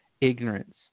ignorance